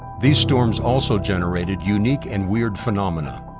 these storms also generated unique and weird phenomena.